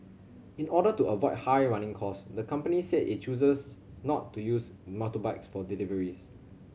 in order to avoid high running costs the company said it chooses not to use motorbikes for deliveries